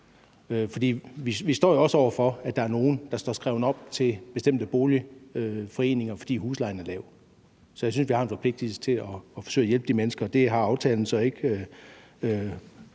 vi står også over for, at der er nogle, der står skrevet op til bestemte boligforeninger, fordi huslejen er lav. Så jeg synes, at vi har en forpligtelse til at forsøge at hjælpe de mennesker. Det er man med aftalen så ikke